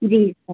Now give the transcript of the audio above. جی سر